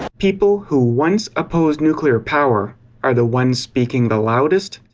people who once opposed nuclear power are the ones speaking the loudest,